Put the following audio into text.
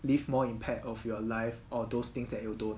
leave more impact of your life or those things that you don't